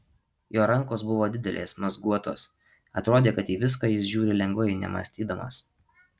jo rankos buvo didelės mazguotos atrodė kad į viską jis žiūri lengvai nemąstydamas